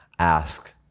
ask